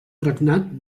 regnat